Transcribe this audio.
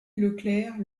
leclercq